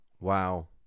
Wow